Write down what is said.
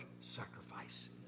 sacrifice